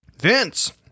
Vince